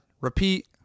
Repeat